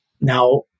Now